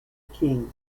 king